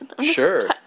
Sure